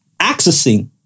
accessing